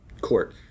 court